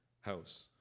house